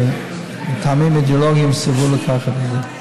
שמטעמים אידיאולוגיים סירבו לקחת את זה.